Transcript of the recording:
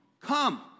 Come